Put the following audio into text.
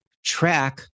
track